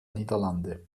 niederlande